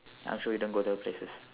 I'm sure you don't go those places